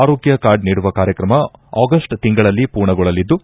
ಆರೋಗ್ಯ ಕಾರ್ಡ್ ನೀಡುವ ಕಾರ್ಯಕ್ರಮ ಆಗಸ್ಟ್ ತಿಂಗಳಲ್ಲಿ ಪೂರ್ಣಗೊಳ್ಳಲಿದ್ದು